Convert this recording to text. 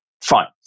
Fine